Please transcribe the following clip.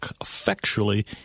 effectually